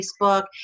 Facebook